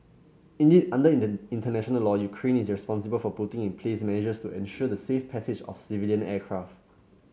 indeed under international law Ukraine is responsible for putting in place measures to ensure the safe passage of civilian aircraft